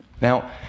Now